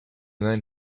then